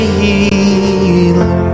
healer